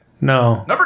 no